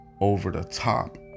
over-the-top